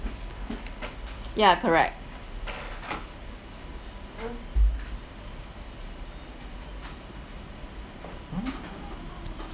yeah correct